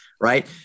right